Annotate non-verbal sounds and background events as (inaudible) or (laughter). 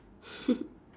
(laughs)